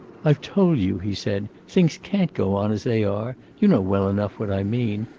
i've told you, he said. things can't go on as they are. you know well enough what i mean.